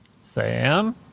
Sam